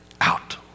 out